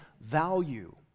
value